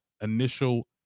initial